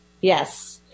yes